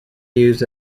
used